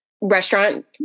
restaurant